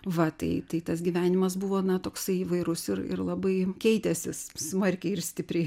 va tai tai tas gyvenimas buvo toksai įvairus ir ir labai keitęsis smarkiai ir stipriai